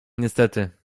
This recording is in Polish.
niestety